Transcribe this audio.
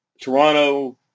Toronto